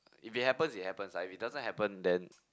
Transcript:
if it happens it happens if it doesn't happen then